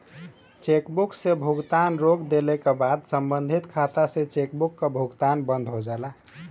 chequebook से भुगतान रोक देले क बाद सम्बंधित खाता से चेकबुक क भुगतान बंद हो जाला